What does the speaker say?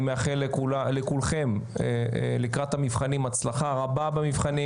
אני מאחל לכולכם לקראת המבחנים הצלחה רבה במבחנים.